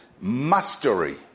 mastery